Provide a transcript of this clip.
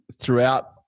throughout